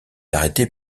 arrêté